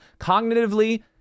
cognitively